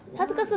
why